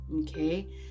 okay